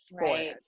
right